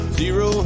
zero